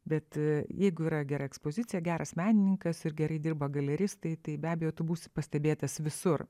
bet jeigu yra gera ekspozicija geras menininkas ir gerai dirba galeristai tai be abejo tu būsi pastebėtas visur